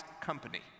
company